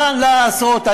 מה לעשות,